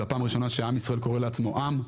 זה הפעם הראשונה שעם ישראל קורא לעצמו עם,